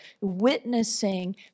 witnessing